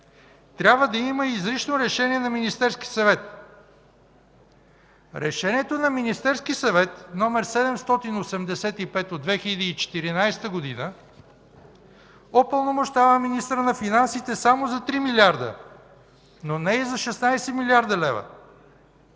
трябва да има изрично решение на Министерския съвет. Решението на Министерския съвет № 785 от 2014 г. упълномощава министъра на финансите само за 3 милиарда, но не и за 16 млрд. лв.